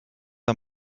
are